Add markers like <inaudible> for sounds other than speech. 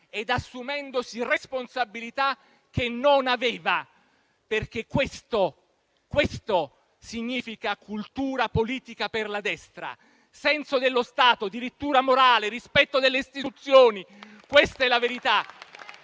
e assumendosi responsabilità che non aveva, perché questo significa cultura politica per la destra: senso dello Stato, dirittura morale, rispetto delle istituzioni. <applause>